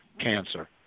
cancer